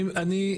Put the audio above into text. אני,